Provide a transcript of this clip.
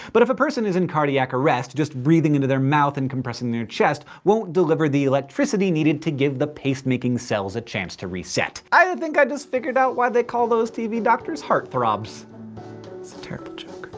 but if a person is in cardiac arrest, just breathing into their mouth and compressing their chest won't deliver the electricity needed to give the pacemaking cells a chance to reset. i think i just figured out why they call those tv doctors heart throbs. that's a terrible joke.